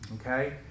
Okay